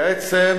בעצם